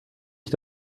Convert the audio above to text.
ich